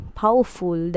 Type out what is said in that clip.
powerful